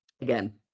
again